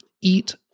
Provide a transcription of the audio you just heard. eat